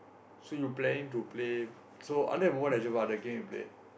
so you planning to play so other than Mobile-Legend what other game you play